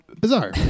bizarre